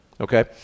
Okay